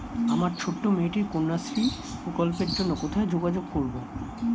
আমার ছোট্ট মেয়েটির কন্যাশ্রী প্রকল্পের জন্য কোথায় যোগাযোগ করব?